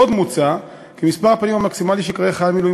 עוד מוצע כי מספר הפעמים המקסימלי שייקרא חייל מילואים